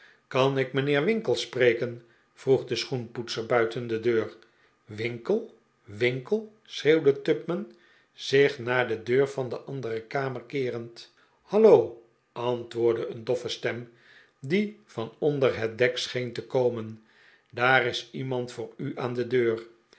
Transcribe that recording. kan ik mijnheer winkle spreken vroeg de schoenpoetser buiten de deur winkle winkle schreeuwde tupman zich naar de deur van de andere kamer keerend hallo antwoordde een doffe stem die van onder het dek scheen te komen daar is iemand voor u aan de deur